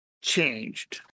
changed